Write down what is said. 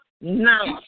nice